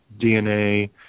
DNA